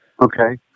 okay